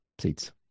seats